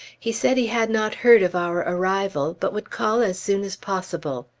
he said he had not heard of our arrival, but would call as soon as possible.